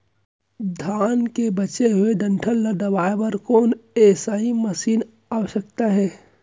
धान के बचे हुए डंठल ल दबाये बर कोन एसई मशीन के आवश्यकता हे?